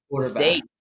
state